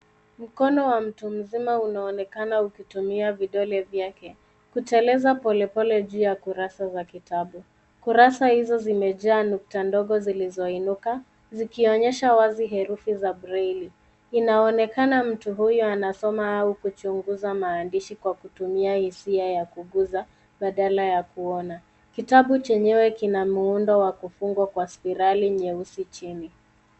Mkono wa mtu mzima unaonekana ukitumia vidole vyake kuteleza polepole juu ya kurasa za kitabu. Kurasa hizo zimejaa nukta ndogo zilizoinuka zikionyesha wazi herufi za braili . Inaonekana mtu huyo anasoma au kuchunguza maandishi kwa kutumia hisia ya kuguza badala ya kuona. Kitabu chenyewe kina muundo wa kufungwa kwa spirali nyeusi chini.